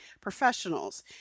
professionals